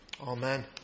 Amen